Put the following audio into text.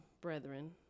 brethren